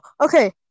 okay